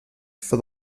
for